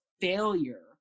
failure